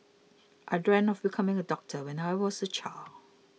I dreamt of becoming a doctor when I was a child